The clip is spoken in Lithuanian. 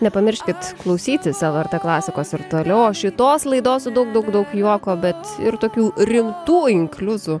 nepamirškit klausytis lrt klasikos ir toliau o šitos laidos su daug daug daug juoko bet ir tokių rimtų inkliuzų